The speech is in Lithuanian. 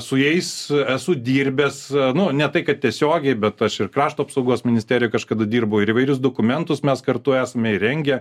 su jais esu dirbęs nu ne tai kad tiesiogiai bet aš ir krašto apsaugos ministerijoj kažkada dirbau ir įvairius dokumentus mes kartu esame ir rengę